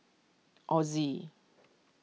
Ozi